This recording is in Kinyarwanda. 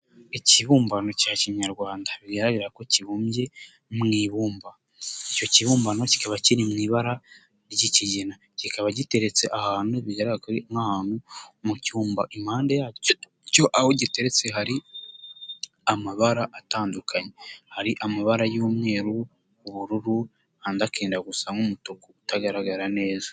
Ikibumbano cya kinyarwanda, bigaragara ko kibumbye mu ibumba, icyo kibumbano kikaba kiri mu ibara ry'ikigina, kikaba giteretse ahantu bigaraga ko ari nk'ahantu mu cyumba, impande yacyo aho giteretse hari amabara atandukanye, hari amabara y'umweru, ubururu, andi akenda gusa nk'umutuku, utagaragara neza.